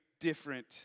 different